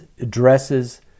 addresses